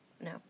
No